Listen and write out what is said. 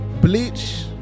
Bleach